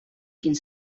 quin